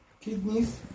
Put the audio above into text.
Kidneys